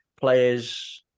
players